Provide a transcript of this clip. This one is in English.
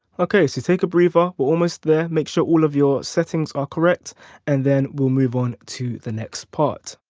ok so take a breather. we're almost there. make sure all of your settings are correct and then we'll move on to the next part.